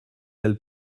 elles